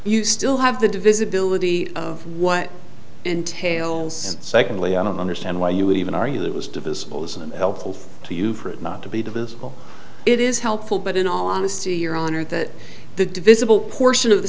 you still have the divisibility of what entails secondly i don't understand why you would even argue that was divisible isn't helpful to you for it not to be divisible it is helpful but in all honesty your honor that the divisible portion of the